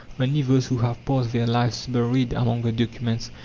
only those who have passed their lives buried among the documents,